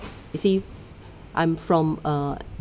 you see I'm from err